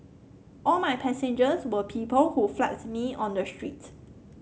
all my passengers were people who flagged me on the street